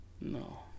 No